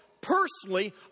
personally